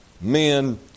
Men